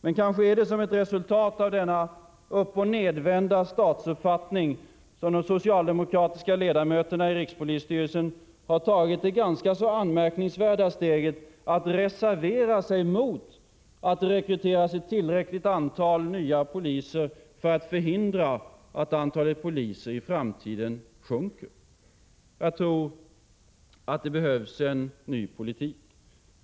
Men kanske är det som ett resultat av denna uppochnedvända statsuppfattning som de socialdemokratiska ledamöterna i rikspolisstyrelsen har tagit det ganska anmärkningsvärda steget att reservera sig mot att det rekryteras ett tillräckligt antal nya poliser för att förhindra att antalet poliser i framtiden sjunker. Det behövs en ny politik.